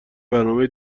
برنامه